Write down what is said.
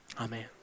Amen